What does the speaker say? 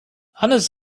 hannes